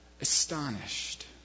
astonished